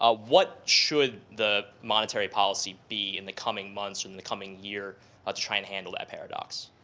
ah what should the monetary policy be in the coming months or in the coming year ah to try and handle that paradox?